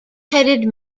headed